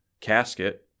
casket